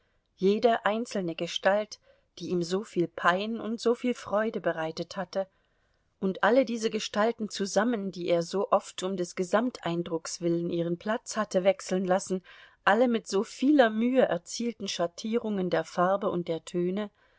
jede einzelne gestalt die ihm soviel pein und soviel freude bereitet hatte und alle diese gestalten zusammen die er so oft um des gesamteindrucks willen ihren platz hatte wechseln lassen alle mit so vieler mühe erzielten schattierungen der farben und der töne